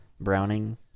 Browning